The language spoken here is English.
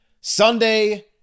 Sunday